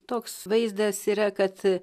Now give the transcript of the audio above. toks vaizdas yra kad